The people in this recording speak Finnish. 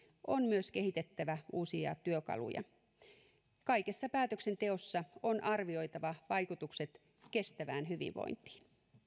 on myös kehitettävä uusia työkaluja kaikessa päätöksenteossa on arvioitava vaikutukset kestävään hyvinvointiin